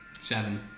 seven